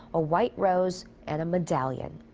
a white rose and a medalian.